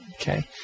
Okay